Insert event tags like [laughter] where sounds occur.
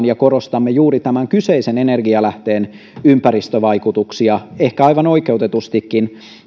[unintelligible] ja korostamme juuri tämän kyseisen energialähteen ympäristövaikutuksia ehkä aivan oikeutetustikin